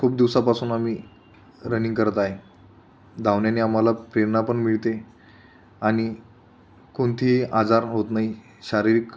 खूप दिवसापासून आम्ही रनिंग करत आहे धावण्याने आम्हाला प्रेरणा पण मिळते आणि कोणतेही आजार होत नाही शारीरिक